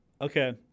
Okay